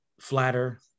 flatter